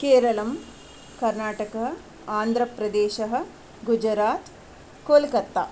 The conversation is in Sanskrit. केरलं कर्नाटक आन्ध्रप्रदेशः गुजरात् कोल्कत्ता